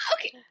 Okay